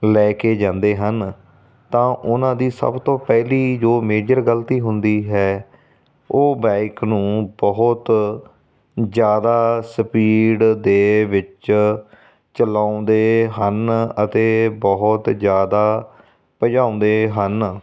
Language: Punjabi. ਲੈ ਕੇ ਜਾਂਦੇ ਹਨ ਤਾਂ ਉਹਨਾਂ ਦੀ ਸਭ ਤੋਂ ਪਹਿਲੀ ਜੋ ਮੇਜਰ ਗਲਤੀ ਹੁੰਦੀ ਹੈ ਉਹ ਬਾਇਕ ਨੂੰ ਬਹੁਤ ਜ਼ਿਆਦਾ ਸਪੀਡ ਦੇ ਵਿੱਚ ਚਲਾਉਂਦੇ ਹਨ ਅਤੇ ਬਹੁਤ ਜ਼ਿਆਦਾ ਭਜਾਉਂਦੇ ਹਨ